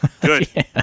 Good